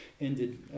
ended